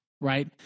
right